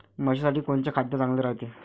म्हशीसाठी कोनचे खाद्य चांगलं रायते?